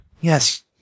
Yes